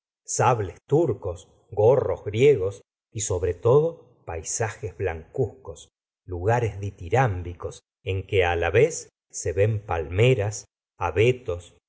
sables turcos gorros griegos y sobre todo paisajes blancuzcos lugares ditirmbicos en que á la vez se ven palmeras abetos